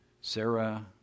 Sarah